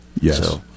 yes